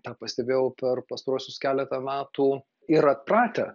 tą pastebėjau per pastaruosius keletą metų ir atpratę